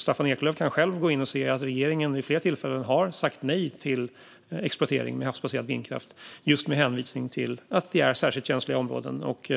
Staffan Eklöf kan själv gå in och se att regeringen vid flera tillfällen har sagt nej till exploatering med havsbaserad vindkraft, just med hänvisning till att det är särskilt känsliga områden och